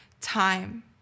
time